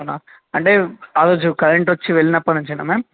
అవునా అంటే ఆ రోజు కరెంట్ వచ్చి వెళ్ళినప్పటి నుంచేనా మ్యామ్